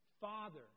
Father